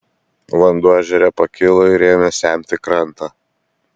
vanduo ežere pakilo ir ėmė semti krantą